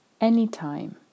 Anytime